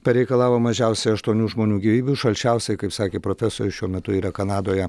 pareikalavo mažiausiai aštuonių žmonių gyvybių šalčiausia kaip sakė profesorius šiuo metu yra kanadoje